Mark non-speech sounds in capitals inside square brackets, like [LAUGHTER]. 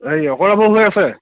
[UNINTELLIGIBLE] আছে